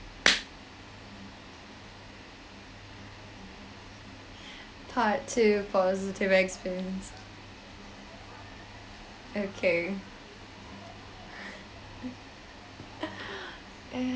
part two positive experience okay